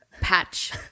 patch